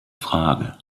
frage